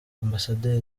ambasaderi